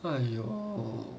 !aiyo!